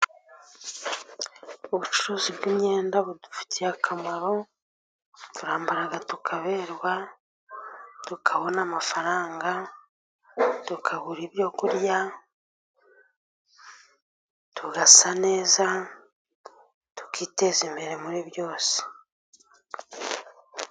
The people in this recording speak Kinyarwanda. Ubucuruzi bw'imyenda budufitiye akamaro. Turambara tukaberwa, tukabona amafaranga, tukabona ibyo kurya, tugasa neza, tukiteza imbere muri byose.